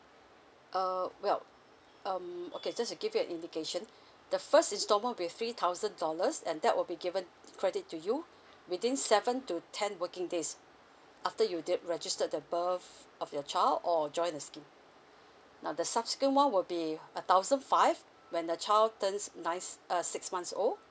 err well um okay just to give you an indication the first iinstalment will be three thousand dollars and that will be given credit to you within seven to ten working days after you did registered the birth of your child or join the scheme now the subsequent one will be a thousand five when the child turns ninth uh sixth months old